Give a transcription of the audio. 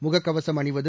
முகக்கவசம் அணிவது